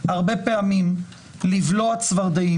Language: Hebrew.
והדבר השמיני, אין לנו בחירות אישיות-אזוריות.